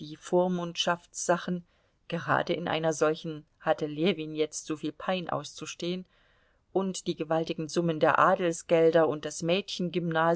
die vormundschaftssachen gerade in einer solchen hatte ljewin jetzt soviel pein auszustehen und die gewaltigen summen der adelsgelder und das